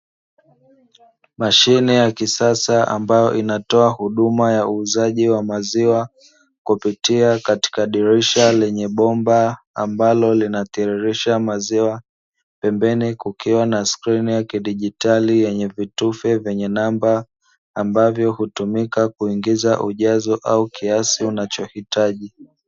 Mashine ya kisasa, ambayo inatoa huduma ya uuzaji wa maziwa kupitia katika dirisha lenye bomba ambalo linatiririsha maziwa, pembeni kukiwa na skrini ya kidigitali yenye vitufe vyenye namba ambavyo hutumika kuingiza ujazo au kiasi unachohitaji.